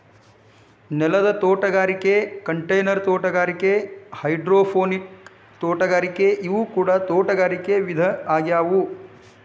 ನೆಲದ ತೋಟಗಾರಿಕೆ ಕಂಟೈನರ್ ತೋಟಗಾರಿಕೆ ಹೈಡ್ರೋಪೋನಿಕ್ ತೋಟಗಾರಿಕೆ ಇವು ಕೂಡ ತೋಟಗಾರಿಕೆ ವಿಧ ಆಗ್ಯಾವ